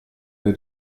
alle